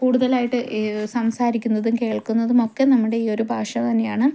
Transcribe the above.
കൂടുതലായിട്ട് സംസാരിക്കുന്നതും കേള്ക്കുന്നതും ഒക്കെ നമ്മുടെ ഈയൊര് ഭാഷ തന്നെയാണ്